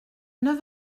neuf